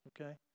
okay